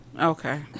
Okay